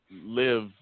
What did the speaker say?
Live